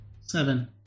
Seven